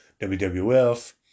WWF